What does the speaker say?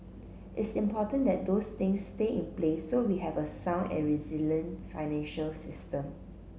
it's important that those things stay in place so we have a sound and resilient financial system